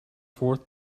fourth